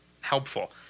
helpful